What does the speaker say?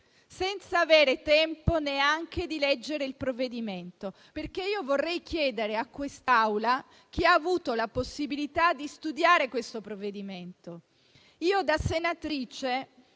senza avere tempo neanche di leggere il provvedimento. Vorrei chiedere a quest'Aula chi ha avuto la possibilità di studiare questo provvedimento. Io, da senatrice,